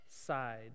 side